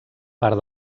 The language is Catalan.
part